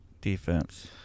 defense